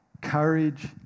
Courage